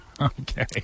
Okay